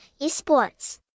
eSports